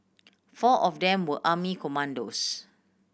four of them were army commandos